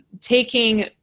taking